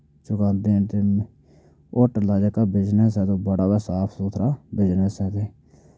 hotel दा जेह्का business ऐ ते ओह् बड़ा साफ सुथरा बिजनस ऐ